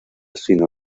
sino